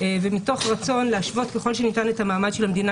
ומתוך רצון להשוות ככל שניתן את המעמד של המדינה